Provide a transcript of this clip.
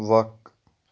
وَق